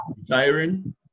retiring